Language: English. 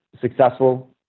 successful